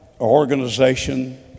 organization